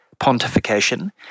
pontification